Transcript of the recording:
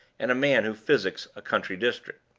and a man who physics a country district.